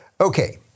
Okay